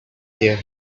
their